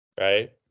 right